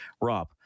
Rob